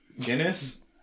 Guinness